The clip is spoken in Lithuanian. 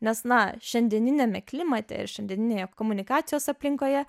nes na šiandieniniame klimate ir šiandieninėje komunikacijos aplinkoje